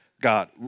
God